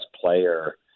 player